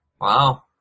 Wow